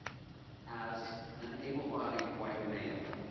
as an able-bodied white male,